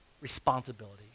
responsibility